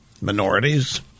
minorities